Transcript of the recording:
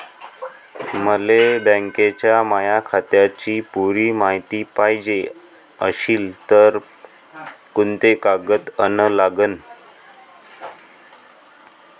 मले बँकेच्या माया खात्याची पुरी मायती पायजे अशील तर कुंते कागद अन लागन?